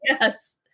Yes